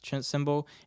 symbol